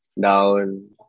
down